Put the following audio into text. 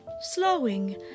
slowing